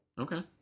Okay